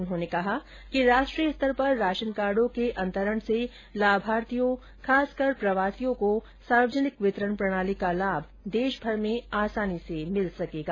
उन्होंने कहा कि राष्ट्रीय स्तर पर राशनकार्डो के अंतरण से लाभार्थियों खासकर प्रवासियों को सार्वजनिक वितरण प्रणाली का लाभ देश भर में आसानी से मिल सकेगा